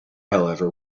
however